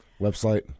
website